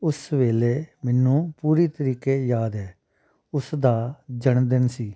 ਉਸ ਵੇਲੇ ਮੈਨੂੰ ਪੂਰੀ ਤਰੀਕੇ ਯਾਦ ਹੈ ਉਸ ਦਾ ਜਨਮਦਿਨ ਸੀ